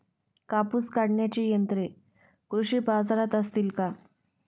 कापूस काढण्याची यंत्रे कृषी बाजारात असतील का?